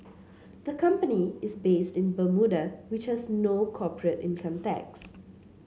the company is based in Bermuda which has no corporate income tax